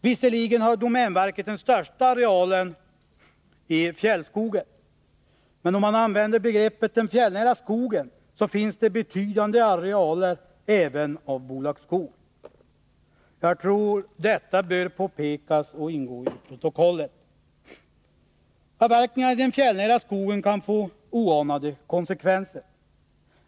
Visserligen har domänverket den största arealen i fjällskogen, men om man använder begreppet den fjällnära skogen finns det även betydande arealer av bolagsskog. Jag tycker detta bör påpekas och ingå i protokollet. Avverkningarna i den fjällnära skogen kan få oanade konsekvenser.